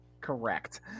correct